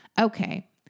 Okay